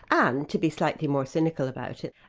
and to be slightly more cynical about it,